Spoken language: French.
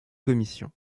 commissions